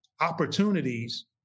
opportunities